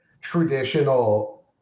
traditional